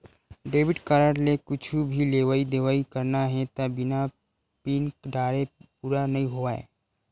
debit card ले कुछु भी लेवइ देवइ करना हे त बिना पिन डारे पूरा नइ होवय